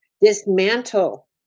dismantle